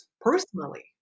personally